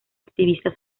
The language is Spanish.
activista